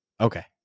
Okay